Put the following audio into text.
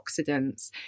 oxidants